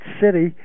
city